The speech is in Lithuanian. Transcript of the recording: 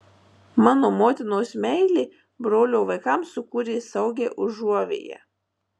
mano motinos meilė brolio vaikams sukūrė saugią užuovėją